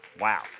Wow